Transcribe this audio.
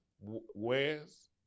wares